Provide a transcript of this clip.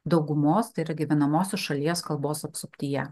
daugumos tai yra gyvenamosios šalies kalbos apsuptyje